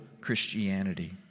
Christianity